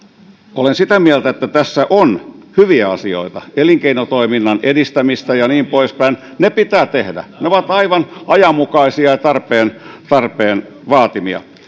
olen sitä mieltä että tässä on hyviä asioita elinkeinotoiminnan edistämistä ja niin poispäin ne pitää tehdä ne ovat aivan ajanmukaisia ja tarpeen tarpeen vaatimia